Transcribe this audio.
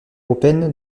open